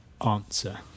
answer